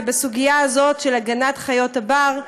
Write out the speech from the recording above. ובסוגיה הזאת של הגנת חיות הבר,